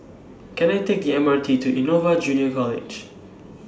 Can I Take M R T to Innova Junior College